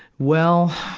well,